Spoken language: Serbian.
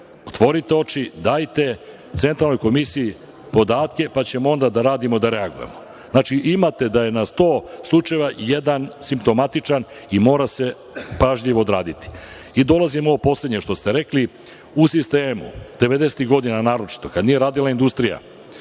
Otvorite oči, dajte Centralnoj komisiji podatke pa ćemo onda da radimo da reagujemo. Znači, imate da je na 100 slučajeva jedan simptomatičan i mora se pažljivo odraditi. Dolazim na ovo poslednje što ste rekli. U sistemu 90-tih godina naročito, kada nije radila industrija,